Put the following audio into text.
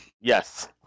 Yes